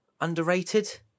underrated